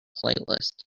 playlist